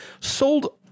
sold